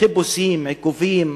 חיפושים, עיכובים,